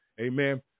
Amen